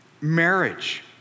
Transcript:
marriage